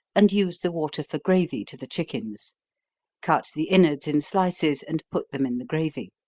and use the water for gravy to the chickens cut the inwards in slices, and put them in the gravy.